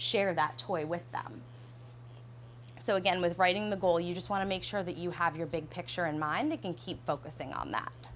share that toy with them so again with writing the goal you just want to make sure that you have your big picture in mind they can keep focusing on that